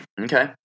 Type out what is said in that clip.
Okay